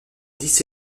dix